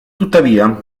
tuttavia